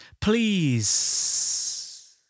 please